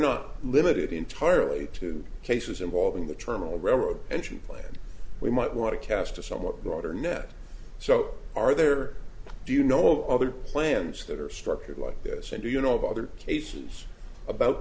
not limited entirely to cases involving the turmel railroad and she pled we might want to cast a somewhat broader net so are there do you know other plans that are structured like this and do you know of other cases about